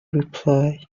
reply